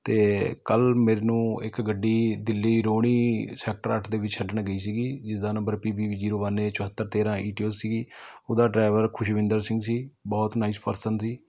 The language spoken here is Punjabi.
ਅਤੇ ਕੱਲ੍ਹ ਮੈਨੂੰ ਇੱਕ ਗੱਡੀ ਦਿੱਲੀ ਰੋੜੀ ਸੈਕਟਰ ਅੱਠ ਦੇ ਵਿੱਚ ਛੱਡਣ ਗਈ ਸੀ ਜਿਸਦਾ number P B zero one A ਚੁਹੱਤਰ ਤੇਰ੍ਹਾਂ ਈ ਟੀ ਓ ਸੀ ਉਹਦਾ ਡਰਾਈਵਰ ਖੁਸ਼ਵਿੰਦਰ ਸਿੰਘ ਸੀ ਬਹੁਤ ਨਾਈਸ ਪਰਸਨ ਸੀ